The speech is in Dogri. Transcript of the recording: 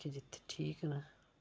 कि जित्थें ठीक न